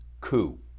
coup